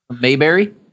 Mayberry